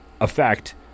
affect